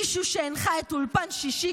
מישהו שהנחה את אולפן שישי,